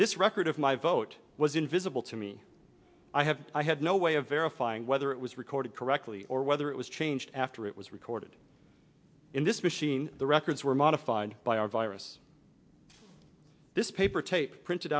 this record of my vote was invisible to me i have i had no way of verifying whether it was recorded correctly or whether it was changed after it was recorded in this machine the records were modified by or virus this paper tape printed